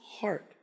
heart